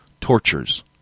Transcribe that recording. tortures